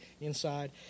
inside